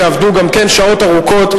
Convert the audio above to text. שעבדו גם כן שעות ארוכות,